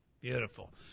Beautiful